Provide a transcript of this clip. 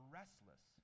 restless